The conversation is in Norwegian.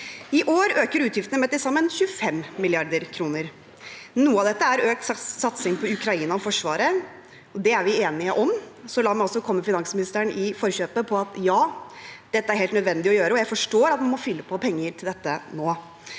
I år øker utgiftene med til sammen 25 mrd. kr. Noe av dette er økt satsing på Ukraina og Forsvaret, og det er vi enige om, så la meg komme finansministeren i forkjøpet med å si at dette er helt nødvendig å gjøre. Jeg forstår at man må fylle på penger til dette nå